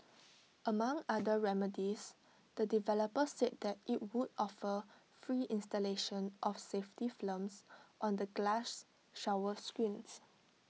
among other remedies the developer said that IT would offer free installation of safety films on the glass shower screens